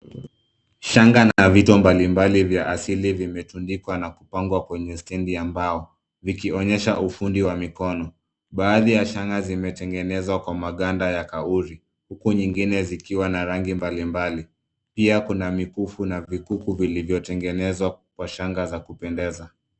Shanga na vitu mbalimbali vya asili vimetundikwa na kupangwa kwenye stendi ya mbao vikionyesha ufundi wa mikono. Baadhi ya shangaa zimetengenezwa kwa maganda ya kauri huku nyingine zikiwa na rangi mbalimbali pia kuna mikufu na vikuku vilivyotengenezwa kwa shanga za kupendeza.